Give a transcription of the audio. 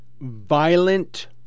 Violent